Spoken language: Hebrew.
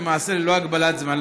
למעשה ללא הגבלת זמן.